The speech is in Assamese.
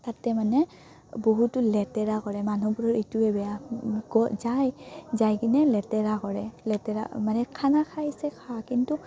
তাতে মানে বহুতো লেতেৰা কৰে মানুহবোৰৰ এইটোৱে বেয়া গ যায় যাই কিনে লেতেৰা কৰে লেতেৰা মানে খানা খাইছে খা কিন্তু